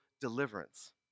deliverance